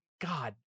God